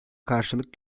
karşılık